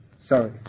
Sorry